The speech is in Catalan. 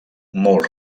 molt